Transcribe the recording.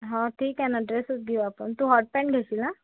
हा ठीक आहे ना ड्रेसच घेऊ आपण तू हॉट पॅन्ट घेशील ना